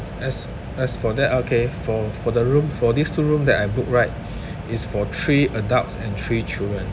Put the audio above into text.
as as for that okay for for the room for these two room that I book right it's for three adults and three children